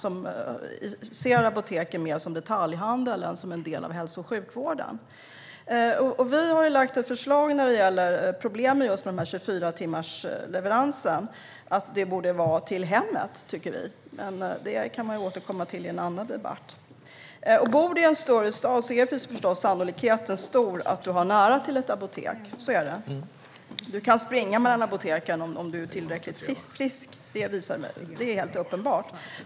De ser apoteken mer som detaljhandel än som en del av hälso och sjukvården. Vi har lagt fram ett förslag när det gäller problemen med 24-timmarsleveransen. Det borde vara till hemmet, tycker vi. Men det kan vi ju återkomma till i en annan debatt. Bor du i en större stad är förstås sannolikheten stor att du har nära till ett apotek. Du kan springa mellan apoteken om du är tillräckligt frisk. Det är helt uppenbart.